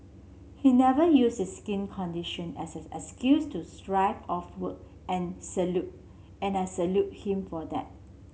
he never use his skin condition as an excuse to off work and salute and I salute him for that